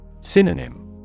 Synonym